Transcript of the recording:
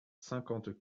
cinquante